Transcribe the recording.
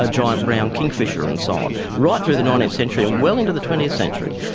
ah giant brown kingfisher and so on, right through the nineteenth century and well into the twentieth century.